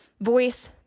voice